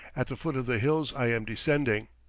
at the foot of the hills i am descending.